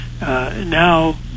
now